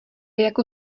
jako